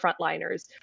frontliners